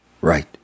Right